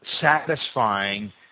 satisfying